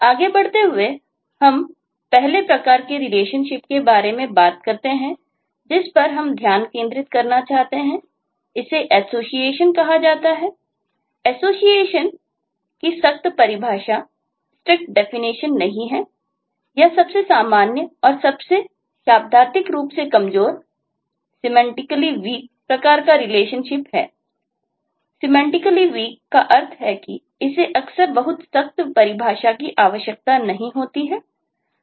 आगे बढ़ते हुए हम पहले प्रकार के रिलेशनशिपहोता है